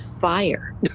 fire